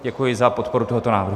Děkuji za podporu tohoto návrhu.